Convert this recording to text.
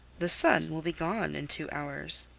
the sun will be gone in two hours.